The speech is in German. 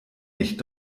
nicht